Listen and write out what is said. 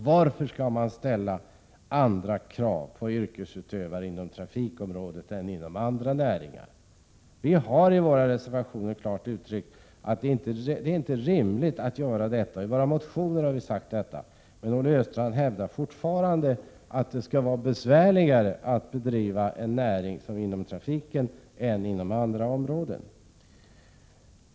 Varför skall man ställa andra krav på yrkesutövare inom trafikområdet än man gör på yrkesutövare inom andra näringar? I våra reservationer och motioner har vi klart uttryckt att detta inte är rimligt. Men Olle Östrand hävdar fortfarande att det skall vara besvärligare att bedriva en näring inom trafikområdet än inom andra områden.